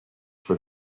for